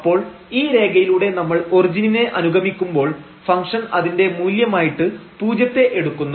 അപ്പോൾ ഈ രേഖയിലൂടെ നമ്മൾ ഒറിജിനിനെ അനുഗമിക്കുമ്പോൾ ഫംഗ്ഷൻ അതിന്റെ മൂല്യമായിട്ട് പൂജ്യത്തെ എടുക്കുന്നു